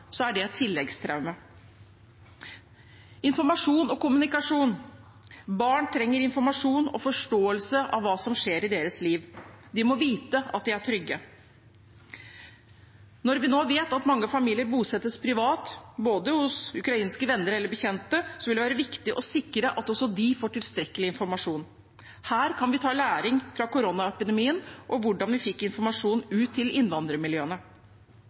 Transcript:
er det et tilleggstraume. Informasjon og kommunikasjon – barn trenger informasjon og forståelse av hva som skjer i livet sitt. De må vite at de er trygge. Når vi nå vet at mange familier bosettes privat, hos ukrainske venner eller bekjente, vil det være viktig å sikre at også de får tilstrekkelig informasjon. Her kan vi ta læring av koronaepidemien og hvordan vi fikk informasjon ut til innvandrermiljøene.